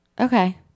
Okay